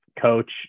coach